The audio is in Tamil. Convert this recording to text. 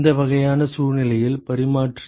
இந்த வகையான சூழ்நிலையில் பரிமாற்றி